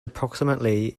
approximately